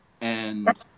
and-